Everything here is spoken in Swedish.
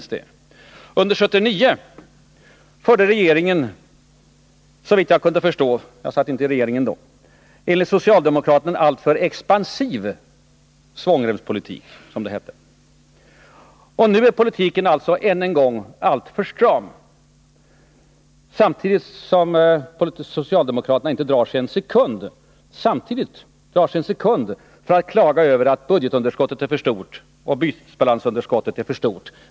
Nr 29 Under 1979 förde regeringen såvitt jag kan förstå — jag satt inte i regeringen Torsdagen den då — enligt socialdemokraterna en alltför expansiv svångremspolitik. 20 november 1980 Och nu är politiken alltså än en gång alltför stram, samtidigt som socialdemokraterna inte drar sig en sekund för att klaga över att budgetunderskottet är för stort och att bytesbalansunderskottet är för stort.